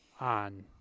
on